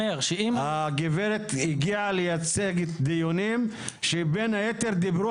הגברת הגיעה לייצג דיונים שבין היתר דיברו